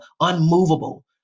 unmovable